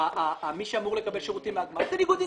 מי שאמור לקבל שירותים מהגמ"ח, זה ניגוד עניינים.